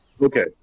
Okay